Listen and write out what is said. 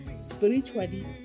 spiritually